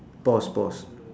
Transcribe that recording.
paws paws